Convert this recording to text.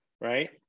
right